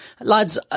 lads